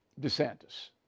DeSantis